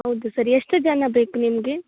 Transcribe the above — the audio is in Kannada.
ಹೌದು ಸರ್ ಎಷ್ಟು ಜನ ಬೇಕು ನಿಮಗೆ